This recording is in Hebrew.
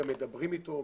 גם מדברים אתו,